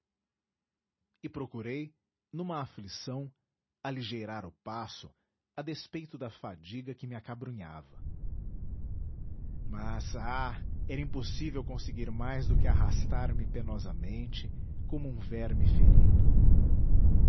e procurei numa aflição aligeirar o passo a despeito da fadiga que me acabrunhava mas ah era impossível conseguir mais do que arrastar me penosamente como um verme ferido